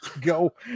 go